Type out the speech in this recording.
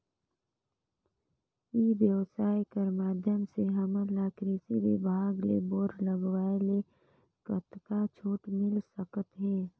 ई व्यवसाय कर माध्यम से हमन ला कृषि विभाग ले बोर लगवाए ले कतका छूट मिल सकत हे?